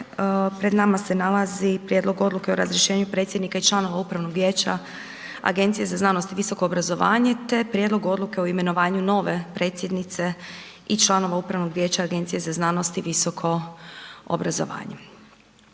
Pred nama se nalazi Prijedlog odluke o razrješenju predsjednika i članova upravnog vijeća Agencije za znanost i visoko obrazovanje te prijedlog odluke o imenovanju nove predsjednice i članova Upravnog vijeća Agencije za znanost i visoko obrazovanje.